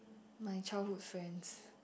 my childhood friends